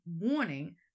warning